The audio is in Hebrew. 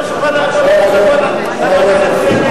החברים בשולחן העגול מוזמנים לבוא לוועדה להצביע נגד.